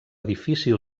difícil